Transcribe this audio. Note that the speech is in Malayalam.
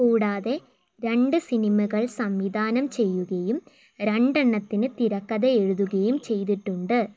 കൂടാതെ രണ്ട് സിനിമകൾ സംവിധാനം ചെയ്യുകയും രണ്ടെണ്ണത്തിന് തിരക്കഥ എഴുതുകയും ചെയ്തിട്ടുണ്ട്